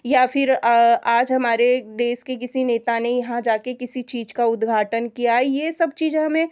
या फिर आज हमारे देश के किसी नेता ने यहाँ जाकर किसी चीज़ का उद्घाटन किया यह सब चीज़ हमें